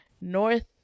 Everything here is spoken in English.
north